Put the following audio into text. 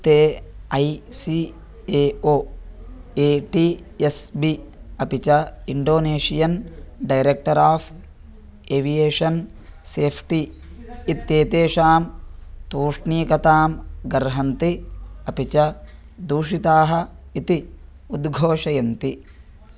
ते I C A O A T S B अपि च Indonesian director of aviation safety इत्येतेषां तूष्णीकतां गर्हन्ति अपि च दूषिताः इति उद्घोषयन्ति